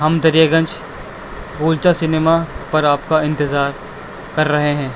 ہم Daryaganj Golcha cinema پر آپ کا انتظار کر رہے ہیں